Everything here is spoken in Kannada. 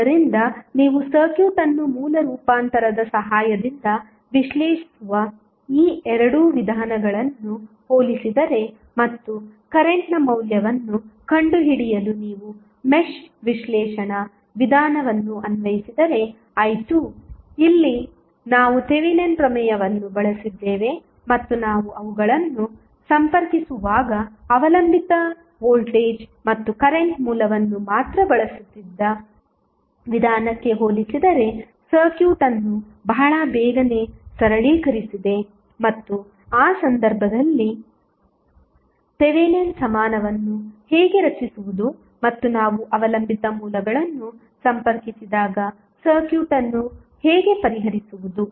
ಆದ್ದರಿಂದ ನೀವು ಸರ್ಕ್ಯೂಟ್ ಅನ್ನು ಮೂಲ ರೂಪಾಂತರದ ಸಹಾಯದಿಂದ ವಿಶ್ಲೇಷಿಸುವ ಈ ಎರಡು ವಿಧಾನಗಳನ್ನು ಹೋಲಿಸಿದರೆ ಮತ್ತು ಪ್ರಸ್ತುತನ ಮೌಲ್ಯವನ್ನು ಕಂಡುಹಿಡಿಯಲು ನೀವು ಮೆಶ್ ವಿಶ್ಲೇಷಣಾ ವಿಧಾನವನ್ನು ಅನ್ವಯಿಸಿದರೆ i2 ಇಲ್ಲಿ ನಾವು ಥೆವೆನಿನ್ ಪ್ರಮೇಯವನ್ನು ಬಳಸಿದ್ದೇವೆ ಮತ್ತು ನಾವು ಅವುಗಳನ್ನು ಸಂಪರ್ಕಿಸುವಾಗ ಅವಲಂಬಿತ ವೋಲ್ಟೇಜ್ ಮತ್ತು ಕರೆಂಟ್ ಮೂಲವನ್ನು ಮಾತ್ರ ಬಳಸುತ್ತಿದ್ದ ವಿಧಾನಕ್ಕೆ ಹೋಲಿಸಿದರೆ ಸರ್ಕ್ಯೂಟ್ ಅನ್ನು ಬಹಳ ಬೇಗನೆ ಸರಳೀಕರಿಸಿದೆ ಮತ್ತು ಆ ಸಂದರ್ಭದಲ್ಲಿ ಥೆವೆನಿನ್ ಸಮಾನವನ್ನು ಹೇಗೆ ರಚಿಸುವುದು ಮತ್ತು ನಾವು ಅವಲಂಬಿತ ಮೂಲಗಳನ್ನು ಸಂಪರ್ಕಿಸಿದಾಗ ಸರ್ಕ್ಯೂಟ್ ಅನ್ನು ಹೇಗೆ ಪರಿಹರಿಸುವುದು